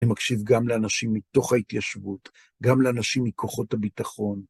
אני מקשיב גם לאנשים מתוך ההתיישבות, גם לאנשים מכוחות הביטחון.